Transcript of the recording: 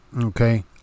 Okay